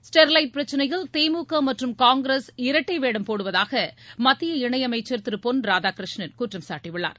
Sterlite பிரச்னையில் திமுக மற்றும் காங்கிரஸ் இரட்டைவேடம் போடுவதாக மத்திய இணையமைச்சர் திரு பொன் ராதாகிருஷ்ணன் குற்றம் சாட்டியுள்ளார்